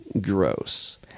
gross